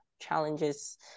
challenges